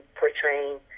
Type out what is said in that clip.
portraying